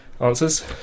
Answers